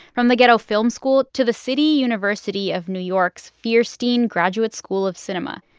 from the ghetto film school to the city university of new york's feirstein graduate school of cinema.